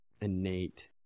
innate